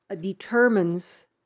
determines